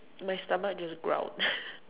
my stomach just growled